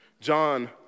John